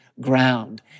ground